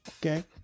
okay